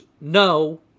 no